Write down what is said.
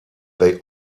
they